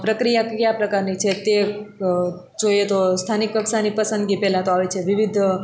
પ્રક્રિયા કિયા પ્રકારની છે તે જોઈએ તો સ્થાનિક કક્ષાની પસંદગી પહેલાં તો આવે છે વિવિધ